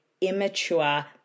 immature